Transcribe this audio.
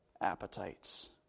appetites